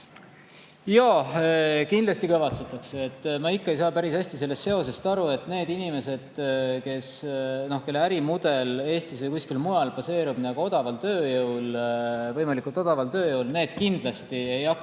Jaa, kindlasti kavatsetakse. Me ikka ei saa päris hästi sellest seosest aru. Need inimesed, kelle ärimudel Eestis või kuskil mujal baseerub odaval tööjõul, võimalikult odaval tööjõul, need kindlasti ei hakka